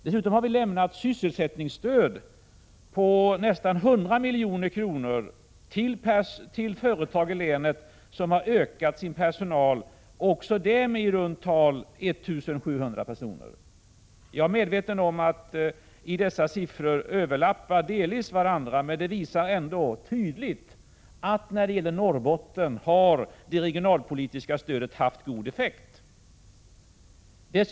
Dessutom har vi lämnat sysselsättningsstöd på nästan 100 milj.kr. till företag i länet som har ökat sin personal — också det med i runda tal 1 700 personer. Jag är medveten om att dessa siffror delvis överlappar varandra, men de visar ändå tydligt att det regionalpolitiska stödet haft god effekt i Norrbotten.